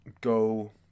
go